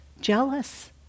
jealous